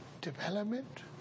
development